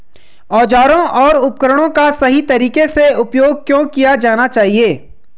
औजारों और उपकरणों का सही तरीके से उपयोग क्यों किया जाना चाहिए?